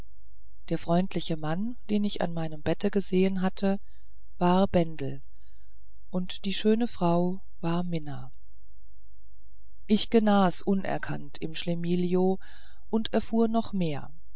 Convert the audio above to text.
der freundliche mann den ich an meinem bette gesehen hatte war bendel die schöne frau war mina ich genas unerkannt im schlemihlio und erfuhr noch mehr